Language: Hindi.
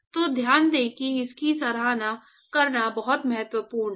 तो ध्यान दें कि इसकी सराहना करना बहुत महत्वपूर्ण है